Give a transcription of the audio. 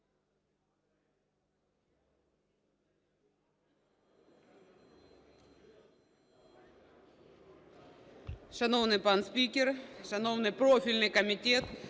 Шановний пане спікере, шановний профільний комітет,